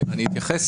אני אתייחס